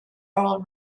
earl